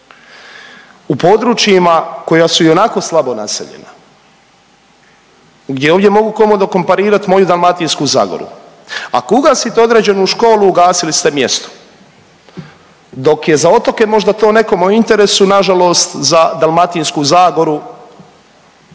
U područjima koja su ionako slabo naseljena, gdje ovdje mogu komotno komparirat moju Dalmatinsku zagoru, ako ugasite određenu školu ugasili ste mjesto dok je za otoke možda to nekome u interesu, nažalost za Dalmatinsku zagoru